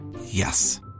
Yes